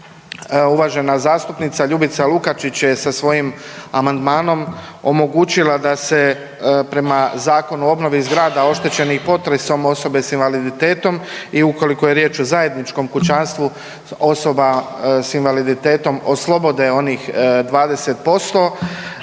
uvažena zastupnica Ljubica Lukačić je sa svojim amandmanom omogućila da se prema Zakonu o obnovi zgrada oštećenih potresom osobe s invaliditetom i ukoliko je riječ o zajedničkom kućanstvu osoba s invaliditetom oslobode onih 20%,